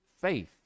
faith